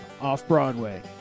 Off-Broadway